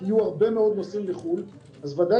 אם יהיו הרבה מאוד נוסעים לחו"ל אז בוודאי